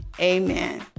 Amen